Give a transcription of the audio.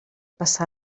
passar